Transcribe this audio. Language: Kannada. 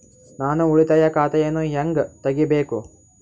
ನಾನು ಉಳಿತಾಯ ಖಾತೆಯನ್ನು ಹೆಂಗ್ ತಗಿಬೇಕು?